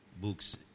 books